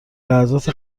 لحظات